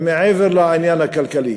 מעבר לעניין הכלכלי,